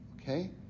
Okay